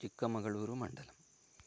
चिक्कमगळूरुमण्डलम्